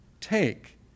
Take